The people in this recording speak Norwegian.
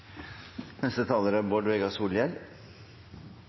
Neste taler er